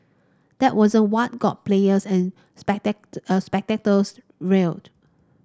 that wasn't what got players and spectator spectators riled